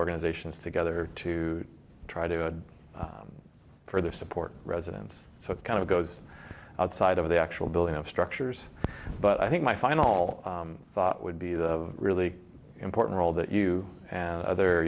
organizations together to try to add further support residence so it kind of goes outside of the actual building of structures but i think my final thought would be the really important role that you and other